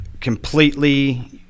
completely